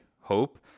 hope